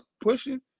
pushing